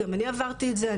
גם אני עברתי את זה,